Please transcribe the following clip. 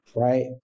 Right